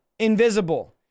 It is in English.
invisible